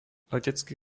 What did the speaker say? letecký